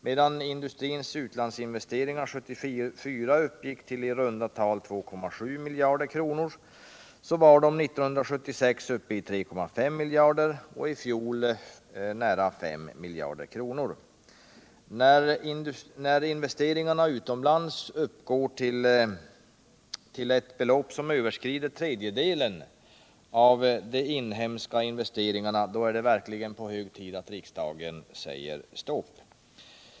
Medan industrins utlandsinvesteringar 1974 uppgick till i runda tal 2,7 miljarder kronor, var de 1976 uppe i 3,5 miljarder och i fjöli nära 5 miljarder. När investeringarna utomlands uppgår till ett belopp som överskrider tredjedelen av de inhemska investeringarna, då är det verkligen högt på tiden att riksdagen säger stopp.